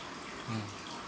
mm